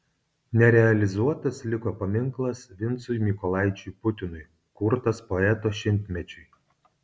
nerealizuotas liko paminklas vincui mykolaičiui putinui kurtas poeto šimtmečiui